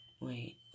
wait